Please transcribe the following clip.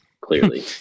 Clearly